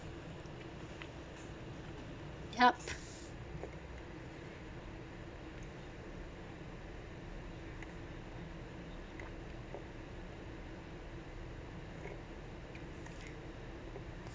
yup